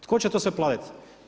Tko će to sve platit?